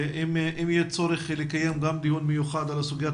ואם יהיה צורך לקיים גם דיון מיוחד בסוגיית